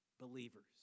believers